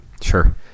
sure